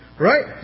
Right